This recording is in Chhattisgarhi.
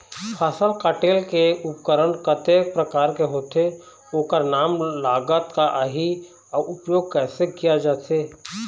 फसल कटेल के उपकरण कतेक प्रकार के होथे ओकर नाम लागत का आही अउ उपयोग कैसे किया जाथे?